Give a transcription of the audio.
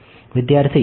વિદ્યાર્થી